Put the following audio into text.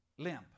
Limp